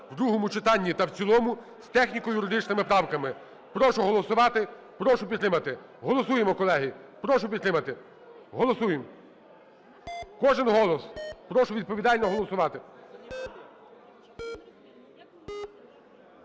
в другому читанні та в цілому з техніко-юридичними правками. Прошу голосувати, прошу підтримати. Голосуємо, колеги, прошу підтримати, голосуємо. Кожен голос, прошу відповідально голосувати.